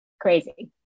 Crazy